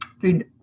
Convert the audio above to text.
food